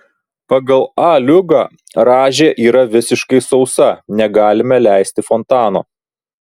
pagal a liugą rąžė yra visiškai sausa negalime leisti fontano